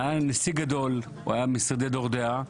הוא היה נשיא גדול, הוא היה מיסודי דור דעה,